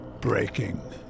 breaking